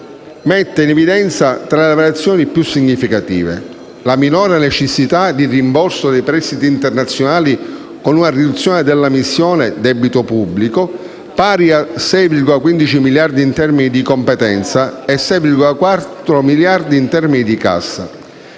mette in evidenza tra le variazioni più significative: la minore necessità di rimborso di prestiti internazionali, con una riduzione della missione Debito pubblico pari a 6,15 miliardi in termini di competenza e 6,4 miliardi in termini di cassa;